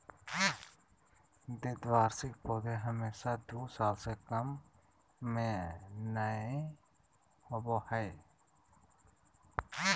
द्विवार्षिक पौधे हमेशा दू साल से कम में नयय होबो हइ